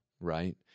right